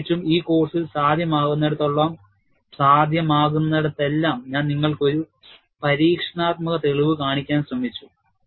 പ്രത്യേകിച്ചും ഈ കോഴ്സിൽ സാധ്യമാകുന്നിടത്തെല്ലാം ഞാൻ നിങ്ങൾക്ക് ഒരു പരീക്ഷണാത്മക തെളിവ് കാണിക്കാൻ ശ്രമിച്ചു